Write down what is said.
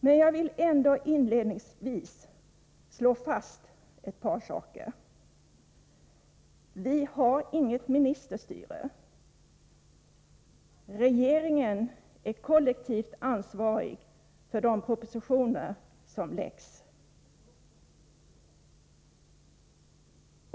Men jag vill ändå inledningsvis slå fast ett par saker: Vi har inget ministerstyre. Regeringen är kollektivt ansvarig för de propositioner som framläggs.